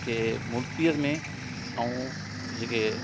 के मुर्तीअ में ऐं जेके